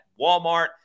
walmart